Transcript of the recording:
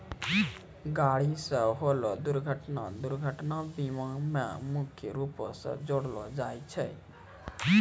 गाड़ी से होलो दुर्घटना दुर्घटना बीमा मे मुख्य रूपो से जोड़लो जाय छै